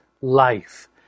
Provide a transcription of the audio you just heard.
life